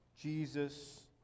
Jesus